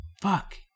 fuck